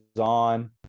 on